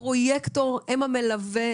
הפרויקטור, הם המלווה?